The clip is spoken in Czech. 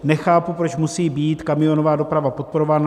Nechápu, proč musí být kamionová doprava podporována.